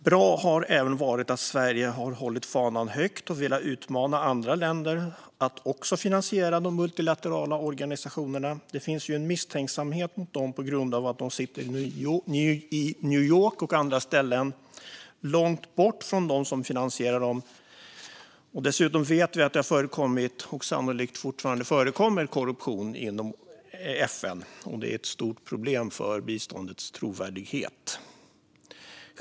Bra har även varit att Sverige har hållit fanan högt och velat utmana andra länder att också finansiera de multilaterala organisationerna. Det finns ju en misstänksamhet mot dem på grund av att de sitter i New York och andra ställen långt bort från dem som finansierar dem. Dessutom vet vi att det förekommit och sannolikt fortfarande förekommer korruption inom FN. Detta är ett stort problem för biståndets trovärdighet.